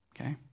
okay